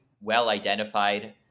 well-identified